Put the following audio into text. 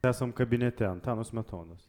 esam kabinete antano smetonos